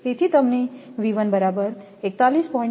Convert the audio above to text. તેથી તમને બરાબર 41